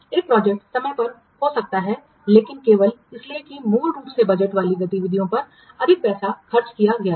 एक परियोजना समय पर हो सकती है लेकिन केवल इसलिए कि मूल रूप से बजट वाली गतिविधि पर अधिक पैसा खर्च किया गया है